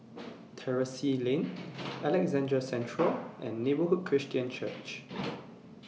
Terrasse Lane Alexandra Central and Neighbourhood Christian Church